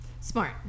Smart